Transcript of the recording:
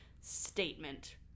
statement